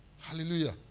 Hallelujah